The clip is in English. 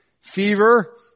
fever